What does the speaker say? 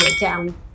down